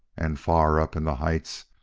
and far up in the heights,